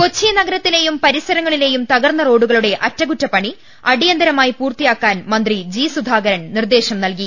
കൊച്ചി നഗരത്തിലെയും പരിസൂരങ്ങളിലെയും തകർന്ന റോഡുകളുടെ അറ്റകുറ്റപ്പണി അടിയന്തരമായി പൂർത്തീകരി ക്കാൻ മന്ത്രി ജി സുധാകരൻ നിർദ്ദേശം നൽകി